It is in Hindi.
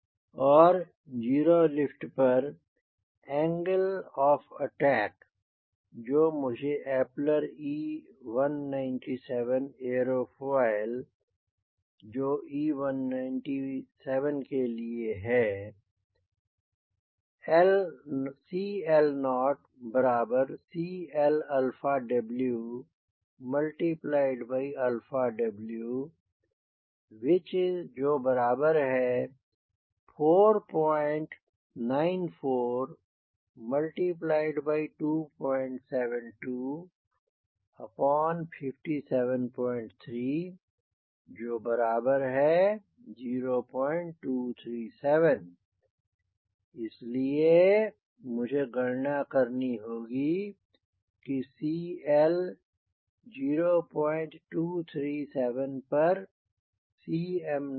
और 0 लिफ्ट पर एंगल ऑफ़ अटैक जो मुझे Eppler E197 airfoil जो E197 के लिए है CL0CLWw4942725730237 इसलिए मुझे गणना करनी होगी कि CL 0237 पर Cm0 की